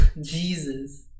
Jesus